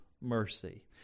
mercy